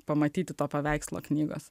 pamatyti to paveikslo knygos